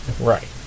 Right